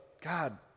God